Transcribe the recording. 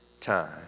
time